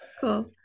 cool